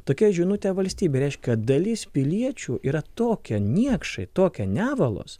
tokia žinutė valstybė reiškia dalis piliečių yra tokie niekšai tokie nevalos